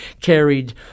carried